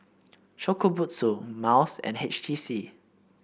Shokubutsu Miles and H T C